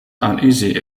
uneasy